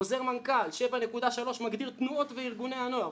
חוזר מנכ"ל 7.3 מגדיר תנועות וארגוני הנוער.